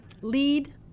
Lead